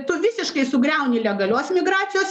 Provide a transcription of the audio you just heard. tu visiškai sugriauni legalios migracijos